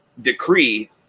decree